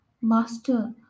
Master